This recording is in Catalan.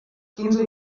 quinze